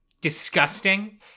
disgusting